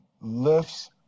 lifts